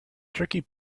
tricky